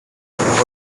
elle